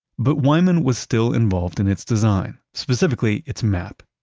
but wyman was still involved in its design, specifically its map.